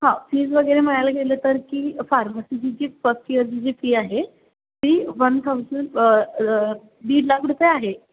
हा फीज वगैरे म्हणायला गेलं तर की फार्मसीची जी फस्ट इयरची जी फी आहे ती वन थाऊजंड दीड लाख रुपये आहे